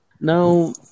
Now